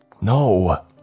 No